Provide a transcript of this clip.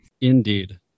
indeed